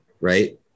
right